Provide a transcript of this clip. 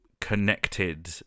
connected